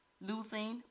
losing